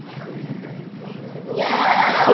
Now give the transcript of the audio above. cookies and cream, for sure. yeah,